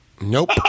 Nope